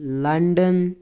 London